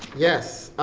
yes,